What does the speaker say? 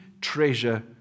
treasure